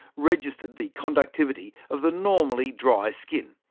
registered the conductivity of the normally dry skin.